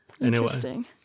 interesting